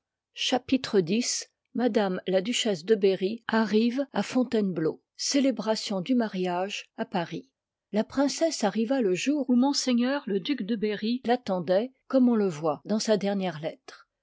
chapitre x m la duchesse de berrj arrive à fontainebleau célébration du mariage à paris la princesse arriva le jour où m le duc de berry fattendoit comme on le voit dans sa dernière lettre